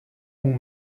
ont